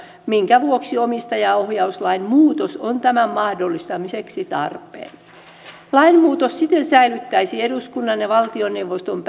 minkä vuoksi omistajaohjauslain muutos on tämän mahdollistamiseksi tarpeen lainmuutos siten säilyttäisi eduskunnan ja valtioneuvoston